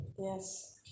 Yes